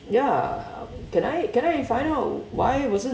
ya can I can I find out why wasn't